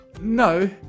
no